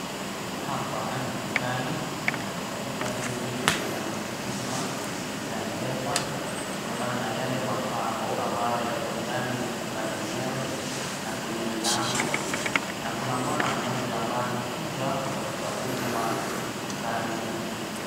Hapa ni dukani na katika duka hili linapeana huduma za Mpesa, kutokana na Yale mapambo ambayo yako ndani ya duka lenyewe, na kwenye mlango, na kuna bwana mmoja ambaye amekuja kutafuta huduma dukani humu.